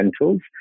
rentals